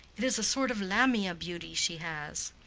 it is a sort of lamia beauty she has.